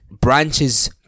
branches